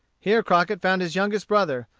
here crockett found his youngest brother,